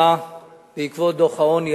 בעקבות דוח העוני,